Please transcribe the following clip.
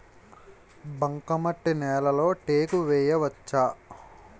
బంకమట్టి నేలలో టేకు వేయవచ్చా?